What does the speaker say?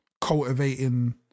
cultivating